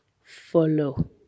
follow